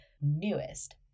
newest